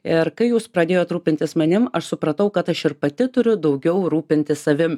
ir kai jūs pradėjot rūpintis manim aš supratau kad aš ir pati turiu daugiau rūpintis savim